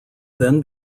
then